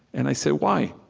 and i say, why?